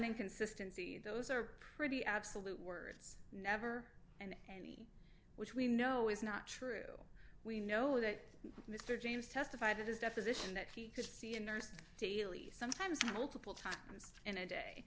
inconsistency those are pretty absolute words never and which we know is not true we know that mr james testified at his deposition that he could see a nurse daily sometimes multiple times in a day